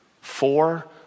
Four